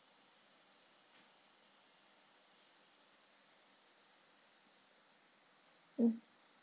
mm